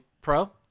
pro